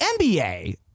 NBA